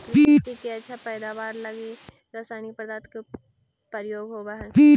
कृषि के अच्छा पैदावार लगी रसायनिक पदार्थ के प्रयोग होवऽ हई